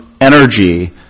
energy